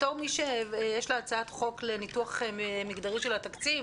בתור מישהי שיש לה הצעת חוק לניתוח מגדרי של התקציב,